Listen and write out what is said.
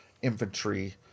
Infantry